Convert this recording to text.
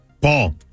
Paul